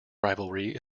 rivalry